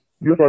Yes